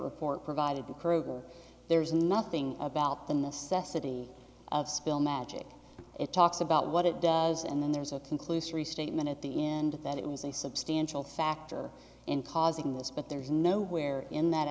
report provided the krueger there's nothing about the necessity of spill magic it talks about what it does and then there's a conclusory statement at the end that it was a substantial factor in causing this but there's nowhere in that